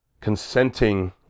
consenting